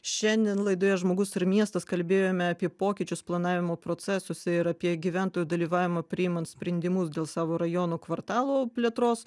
šiandien laidoje žmogus ir miestas kalbėjome apie pokyčius planavimo procesus ir apie gyventojų dalyvavimą priimant sprendimus dėl savo rajonų kvartalų plėtros